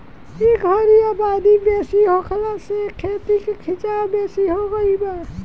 ए घरी आबादी बेसी होखला से खेती के खीचाव बेसी हो गई बा